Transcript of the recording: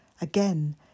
Again